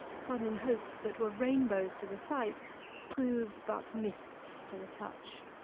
sudden hopes that were rainbows to the sight proved but mists to the touch.